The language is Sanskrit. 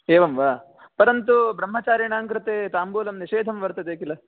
एवं वा परन्तु ब्रह्मचरिणां कृते ताम्बूलं निषेधं वर्तते किल